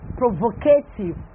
provocative